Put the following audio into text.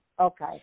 Okay